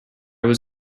was